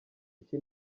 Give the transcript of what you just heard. iki